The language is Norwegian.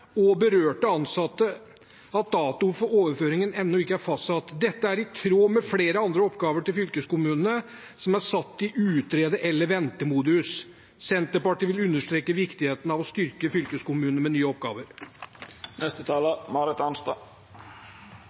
og berørte ansatte at datoen for overføringen ennå ikke er fastsatt. Dette er i tråd med flere andre oppgaver til fylkeskommunene som er satt i utrede- eller ventemodus. Senterpartiet vil understreke viktigheten av å styrke fylkeskommunene med nye oppgaver.